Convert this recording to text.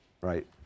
Right